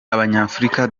abanyafurika